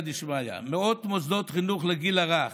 דשמיא מאות מוסדות חינוך לגיל הרך,